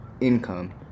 income